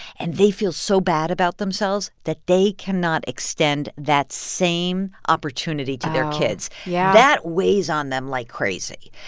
and they feel so bad about themselves that they cannot extend that same opportunity to their kids oh, yeah that weighs on them like crazy.